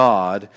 God